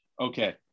Okay